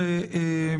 האם